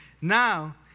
Now